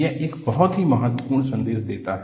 यह एक बहुत ही महत्वपूर्ण संदेश देता है